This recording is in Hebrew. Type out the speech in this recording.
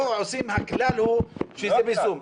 פה הכלל הוא שזה ב"זום".